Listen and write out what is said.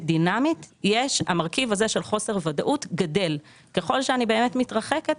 דינמית המרכיב הזה של חוסר ודאות גדל ככל שאני מתרחקת